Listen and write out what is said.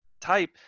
type